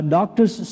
Doctors